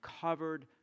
covered